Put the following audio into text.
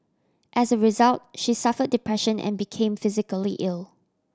as a result she suffered depression and became physically ill